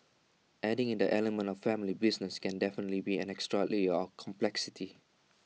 adding in the element A family business can definitely be an extra layer of complexity